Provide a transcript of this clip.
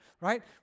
right